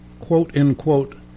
quote-unquote